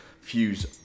fuse